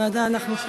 ועדה אנחנו,